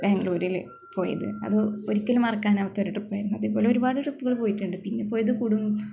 ബാംഗ്ലൂരിൽ പോയത് അത് ഒരിക്കലും മറക്കാനാവാത്ത ഒരു ട്രിപ്പ് ആയിരുന്നു അതേപോലെ ഒരുപാട് ട്രിപ്പുകള് പോയിട്ടുണ്ട് പിന്നെ പോയത് കുടും